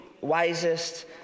wisest